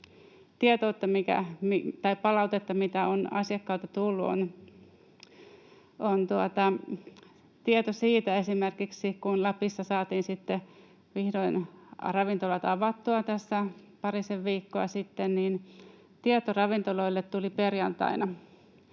palautteesta, mitä on asiakkailta tullut. Esimerkiksi kun Lapissa saatiin vihdoin ravintolat avattua tässä parisen viikkoa sitten, niin tieto ravintoloille tuli perjantaina.